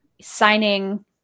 signing